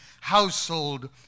household